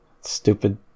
Stupid